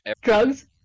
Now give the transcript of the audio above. Drugs